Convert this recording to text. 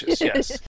yes